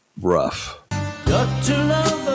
rough